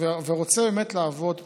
ורוצה באמת לעבוד פה,